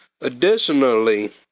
Additionally